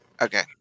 Okay